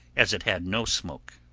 as it had no smoke.